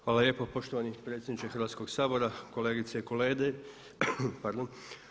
Hvala lijepo poštovani predsjedniče Hrvatskog sabora, kolegice i kolege.